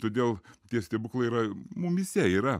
todėl tie stebuklai yra mumyse yra